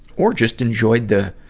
or just enjoyed the,